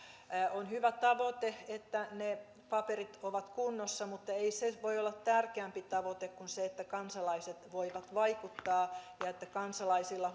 on hyvä tavoite että ne paperit ovat kunnossa mutta ei se voi olla tärkeämpi tavoite kuin se että kansalaiset voivat vaikuttaa ja että kansalaisilla